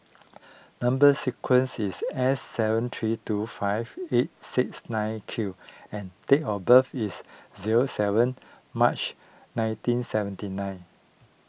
Number Sequence is S seven three two five eight six nine Q and date of birth is zero seven March nineteen seventy nine